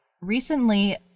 recently